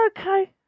okay